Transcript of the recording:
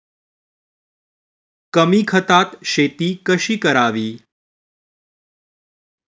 कमी खतात शेती कशी करावी?